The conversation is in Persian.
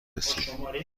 رسید